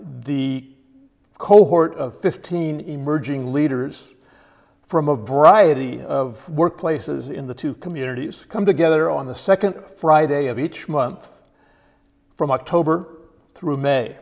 the cohort of fifteen emerging leaders from a variety of workplaces in the two communities come together on the second friday of each month from october through may